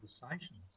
conversations